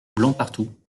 blancpartout